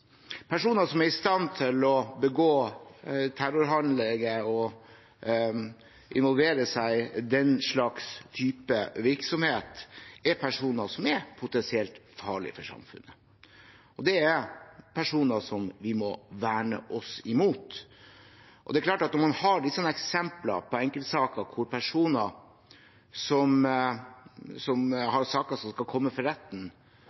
Personer som er i stand til å begå terrorhandlinger og involvere seg i den slags type virksomhet, er personer som potensielt er farlige for samfunnet. Det er personer som vi må verne oss mot. Det er klart at når man har eksempler på enkeltsaker hvor personer som har saker som skal komme for retten,